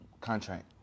Contract